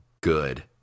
good